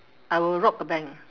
I will rob the bank